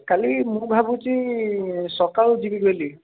କାଲି ମୁଁ ଭାବୁଛି ସକାଳୁ ଯିବି ବୋଲି